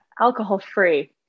alcohol-free